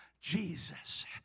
Jesus